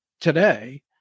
today